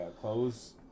clothes